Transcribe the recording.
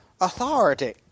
authority